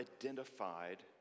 identified